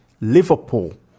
liverpool